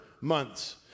Months